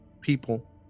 people